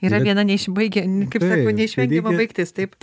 yra viena neišbaigia kaip sako neišvengiama baigtis taip